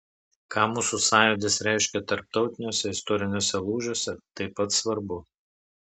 ką mūsų sąjūdis reiškė tarptautiniuose istoriniuose lūžiuose taip pat svarbu